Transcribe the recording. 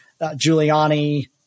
Giuliani